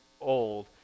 old